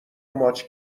ماچ